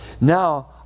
Now